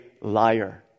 liar